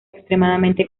extremadamente